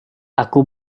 aku